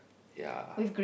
ya